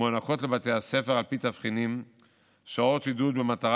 מוענקות לבתי הספר על פי תבחינים שעות עידוד במטרה